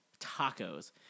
tacos